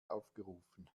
aufgerufen